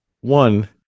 one